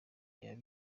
yaba